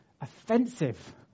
offensive